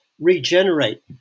regenerate